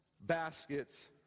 baskets